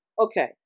Okay